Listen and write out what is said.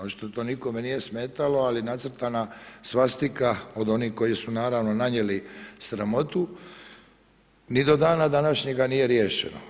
Očito to nikome nije smetalo, ali nacrtana svastika od onih koji su naravno nanijeli sramotu ni do dana današnjeg nije riješeno.